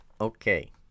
Okay